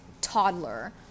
toddler